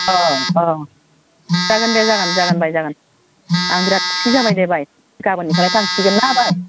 औ अ अ जागोन दे जागोन बाय जागोन जागोन आं बिराद खुसि जाबाय दे बाय गाबोननिफ्राय थांसिगोनना बाय